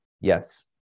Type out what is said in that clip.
yes